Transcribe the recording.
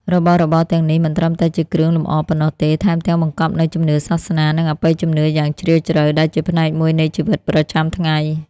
របស់របរទាំងនេះមិនត្រឹមតែជាគ្រឿងលម្អប៉ុណ្ណោះទេ ថែមទាំងបង្កប់នូវជំនឿសាសនា និងអបិយជំនឿយ៉ាងជ្រាលជ្រៅ ដែលជាផ្នែកមួយនៃជីវិតប្រចាំថ្ងៃ។